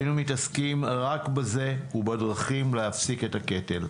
היינו מתעסקים רק בזה ובדרכים להפסיק את הקטל.